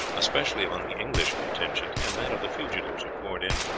especially among the english contingent, and that of the fugitives who poured in.